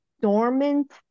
dormant